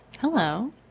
Hello